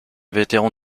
vétéran